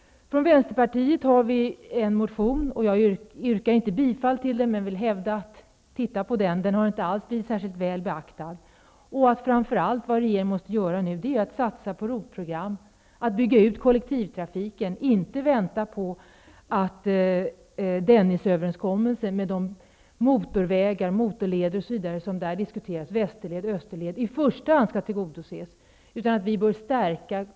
Vänsterpartiet har väckt en motion. Jag yrkar inte bifall till den, men jag vill hävda att den inte har blivit särskilt väl beaktad. Regeringen måste nu satsa på ROT-program och att bygga ut kollektivtrafiken -- alltså inte vänta på att Dennisöverenskommelsen med tyngdpunkt på motorvägar och motorleder i väster och österled i första hand skall tillgodoses.